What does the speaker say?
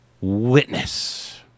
witness